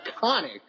iconic